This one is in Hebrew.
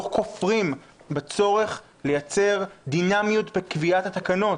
כופרים בצורך לייצר דינמיות בקביעת התקנות.